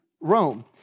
Rome